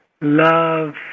love